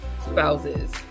spouses